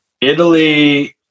Italy